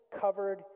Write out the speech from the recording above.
covered